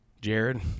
Jared